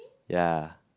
ya